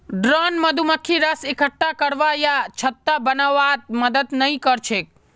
drone मधुमक्खी रस इक्कठा करवा या छत्ता बनव्वात मदद नइ कर छेक